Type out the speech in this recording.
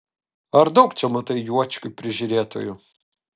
ar daug čia matai juočkių prižiūrėtojų